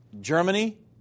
Germany